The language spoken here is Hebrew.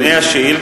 אבל לפני השאילתא,